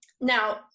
now